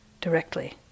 directly